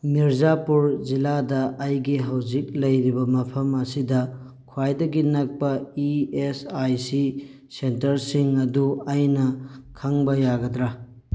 ꯃꯤꯔꯖꯥꯄꯨꯔ ꯖꯤꯂꯥꯗ ꯑꯩꯒꯤ ꯍꯧꯖꯤꯛ ꯂꯩꯔꯤꯕ ꯃꯐꯝ ꯑꯁꯤꯗ ꯈ꯭ꯋꯥꯏꯗꯒꯤ ꯅꯛꯄ E S I C centre ꯁꯤꯡ ꯑꯗꯨ ꯑꯩꯅ ꯈꯪꯕ ꯌꯥꯒꯗ꯭ꯔꯥ